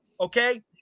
okay